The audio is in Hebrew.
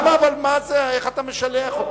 מה זה, איך אתה משלח אותו?